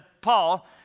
Paul